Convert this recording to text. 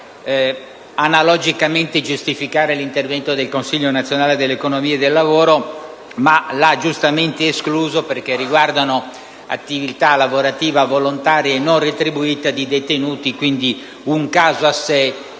potrebbe analogicamente giustificare l'intervento del Consiglio nazionale dell'economia e del lavoro, ma l'ha giustamente escluso in quanto riguarda attività lavorativa volontaria non retribuita di detenuti. Quindi è un caso a sé,